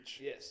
Yes